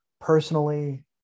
personally